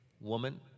woman